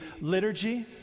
liturgy